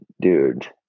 dude